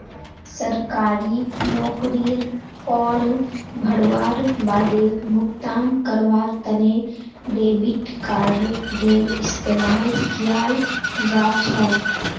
सरकारी नौकरीर फॉर्म भरवार बादे भुगतान करवार तने डेबिट कार्डडेर इस्तेमाल कियाल जा छ